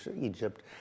Egypt